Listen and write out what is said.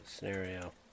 Scenario